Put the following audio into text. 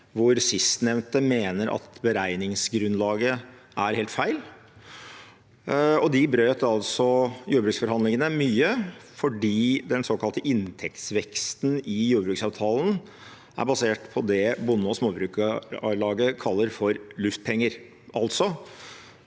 hvor sistnevnte mener beregningsgrunnlaget er helt feil. De brøt jordbruksforhandlingene, mye fordi den såkalte inntektsveksten i jordbruksavtalen er basert på det Norsk Bonde- og Småbrukarlag kaller luftpenger.